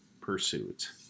pursuit